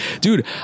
dude